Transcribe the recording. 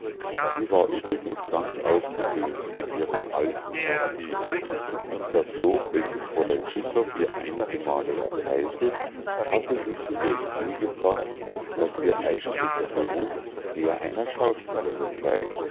sie war übrigens ganz ausgesöhnt mit ihrer alten partie und das lob welches fräulein güssow ihr einige male erteilte hatte sie zu der idee gebracht daß ihr eigentlicher beruf der einer schauspielerin sei